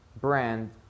brand